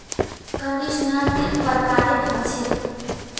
conditioner तीन प्रकारेर ह छेक